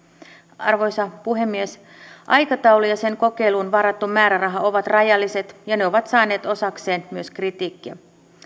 arvoisa puhemies aikataulu ja kokeiluun varattu määräraha ovat rajalliset ja ne ovat saaneet osakseen myös kritiikkiä